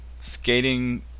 skating